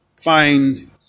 find